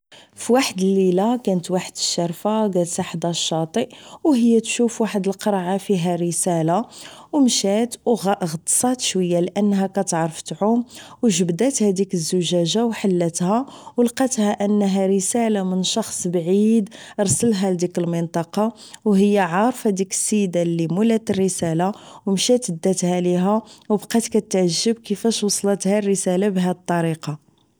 فواحد الليلة كانت واحد الشارفة كالسة حدا فالشاطئ و هي تشوف واحد القرعة فيها رسالة و مشات غطسات شوية لانها كتعرف تعوم و جبدات هديك الزجاجة و حلاتها ولقاتها انها رسالة من شخص بعيد رسلها لديك المنطقة و هي عارفة ديك السيدة اللي مولات الرسالة ومشات داتها ليها و بقات كتعجب كيفاش وصلاتها الرسالة بهاد الطريقة